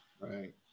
Right